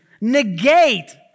negate